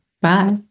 bye